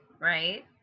Right